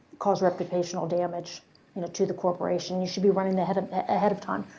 cause reputational damage you know to the corporation. you should be running ahead of ahead of time.